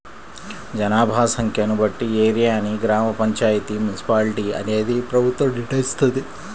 జనాభా సంఖ్యను బట్టి ఏరియాని గ్రామ పంచాయితీ, మున్సిపాలిటీ అనేది ప్రభుత్వం నిర్ణయిత్తది